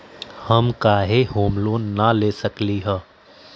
हम काहे home loan न ले सकली ह?